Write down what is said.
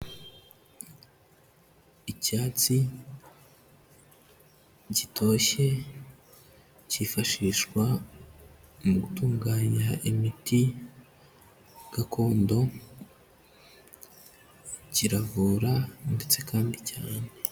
Icyatsi gitoshye cyifashishwa mu gutunganya imiti gakondo, kiravura ndetse kandi cyane.